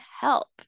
help